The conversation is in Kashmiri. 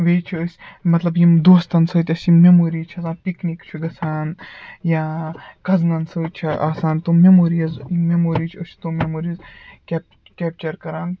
بیٚیہِ چھِ أسۍ مطلب یِم دوستَن سۭتۍ اَسہِ یِم مٮ۪موری چھِ آسان پِکنِک چھِ گژھان یا کَزٕنَن سۭتۍ چھِ آسان تِم مٮ۪موریٖز مٮ۪موری چھِ أسۍ چھِ تِم مٮ۪موریٖز کیپ کیچَر کَران